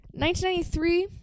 1993